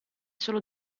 solo